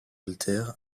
alter